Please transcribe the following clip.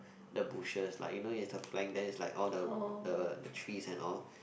the bushes lah you know is a plank then is like all the the trees and all